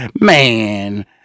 man